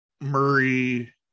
Murray